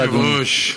אדוני היושב-ראש,